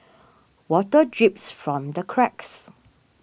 water drips from the cracks